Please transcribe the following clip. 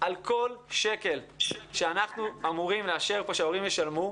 על כל שקל שאנחנו אמורים לאשר פה שההורים ישלמו.